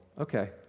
okay